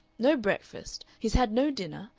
no breakfast, he's had no dinner,